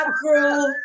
crew